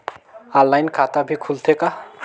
Online खाता भी खुलथे का?